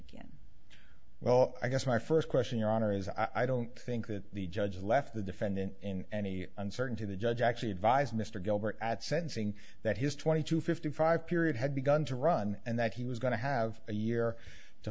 kick in well i guess my first question your honor is i don't think that the judge left the defendant in any uncertainty the judge actually advised mr gilbert at sensing that his twenty two fifty five period had begun to run and that he was going to have a year to